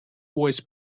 voice